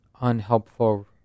unhelpful